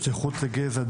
השתייכות לגזע,